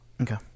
okay